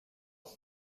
look